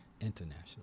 international